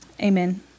Amen